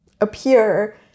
appear